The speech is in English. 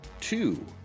two